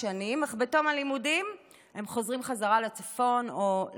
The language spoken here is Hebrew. בתום הלימודים חוזרים בחזרה לצפון או למרכז.